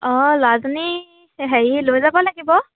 অঁ ল'ৰাজনী হেৰি লৈ যাব লাগিব